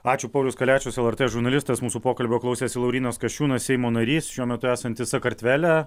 ačiū paulius kaliačius lrt žurnalistas mūsų pokalbio klausėsi laurynas kasčiūnas seimo narys šiuo metu esantis sakartvele